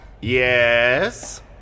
Yes